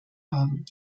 haben